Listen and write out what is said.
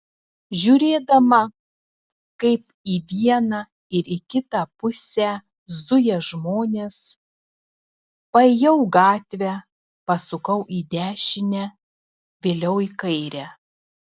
žiūrėdama kaip į vieną ir į kitą pusę zuja žmonės paėjau gatve pasukau į dešinę vėliau į kairę